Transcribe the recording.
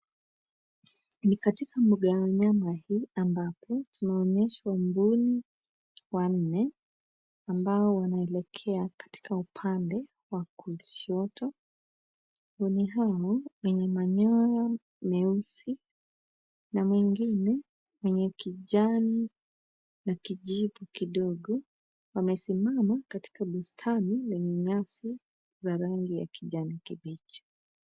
Ni katika mbuga ya wanyama hii ambapo tunaonyeshwa mbuni wanne ambao wanaelekea katika upande wa kushoto. Mbuni hao wenye manyoya mieusi na wengine wenye kijani na kijivu kidogo, wamesimama katika bustani yenye nyasi ya rangi ya kijani kibichi.